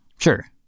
Sure